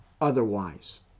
otherwise